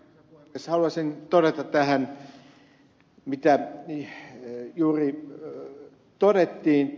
haluaisin palata tähän mitä juuri todettiin